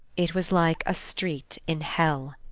it was like a street in hell.